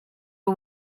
who